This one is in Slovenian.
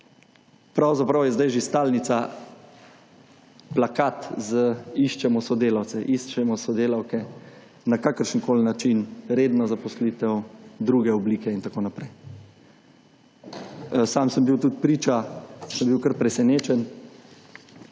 Pravzaprav je zdaj že stalnica plakat z »iščemo sodelavce, iščemo sodelavke« na kakršen koli način, redna zaposlitev, druge oblike in tako naprej. Sam sem bil tudi priča, sem bil kar presenečen,